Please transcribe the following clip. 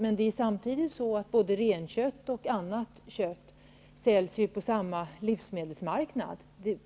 Men samtidigt säljs renkött och annat kött på samma livsmedelsmarknad.